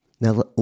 Now